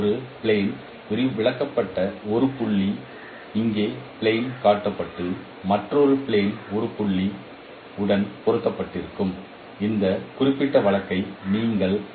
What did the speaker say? ஒரு பிளான் விளக்கப்பட்ட ஒரு புள்ளி இங்கே பிளான் காட்டப்பட்டு மற்றொரு பிளான் ஒரு புள்ளி x உடன் பொருத்தப்பட்டிருக்கும் இந்த குறிப்பிட்ட வழக்கை நீங்கள் கருதுகிறீர்கள்